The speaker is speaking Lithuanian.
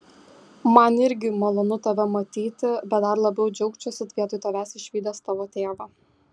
man irgi malonu tave matyti bet dar labiau džiaugčiausi vietoj tavęs išvydęs tavo tėvą